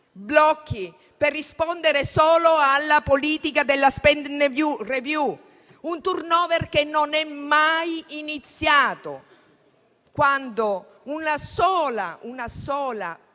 per rispondere solo alla politica della *spending review*, un *turnover* che non è mai iniziato, quando, se una sola persona